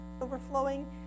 overflowing